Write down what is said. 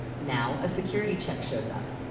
now, a security check shows up.